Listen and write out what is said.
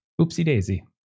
Oopsie-daisy